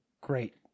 great